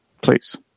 Please